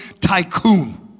tycoon